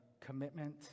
commitment